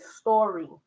story